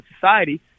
society